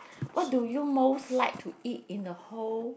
what do you most like to eat in the whole